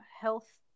health